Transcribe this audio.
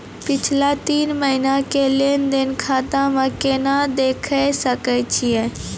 पिछला तीन महिना के लेंन देंन खाता मे केना देखे सकय छियै?